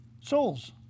souls